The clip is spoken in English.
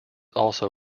also